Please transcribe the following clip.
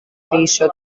πίσω